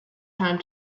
time